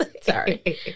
Sorry